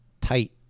tight